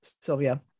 Sylvia